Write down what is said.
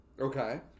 Okay